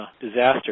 disaster